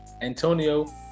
Antonio